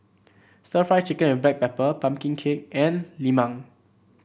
stir Fry Chicken with Black Pepper pumpkin cake and lemang